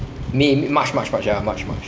may march march march ya march march